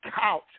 couch